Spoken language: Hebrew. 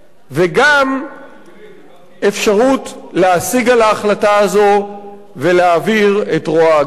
וגם אפשרות להשיג על ההחלטה הזאת ולהעביר את רוע הגזירה.